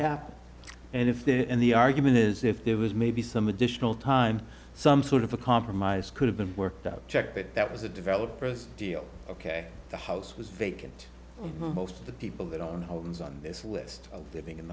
happened and if they're in the argument is if there was maybe some additional time some sort of a compromise could have been worked out check that that was a developed first deal ok the house was vacant most of the people that own the homes on this list of giving